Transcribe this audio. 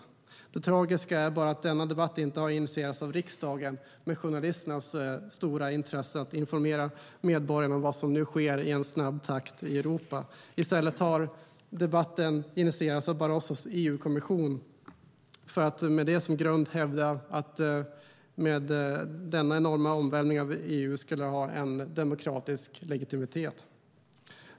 Det tragiska är bara att denna debatt inte har initierats av riksdagen, med journalisternas stora intresse att informera medborgarna om vad som nu sker i snabb takt i Europa. I stället har debatten initierats av Barrosos EU-kommission, för att med det som grund hävda att denna enorma omvälvning av EU skulle ha demokratisk legitimitet.